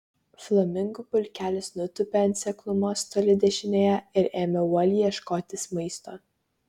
flamingų pulkelis nutūpė ant seklumos toli dešinėje ir ėmė uoliai ieškotis maisto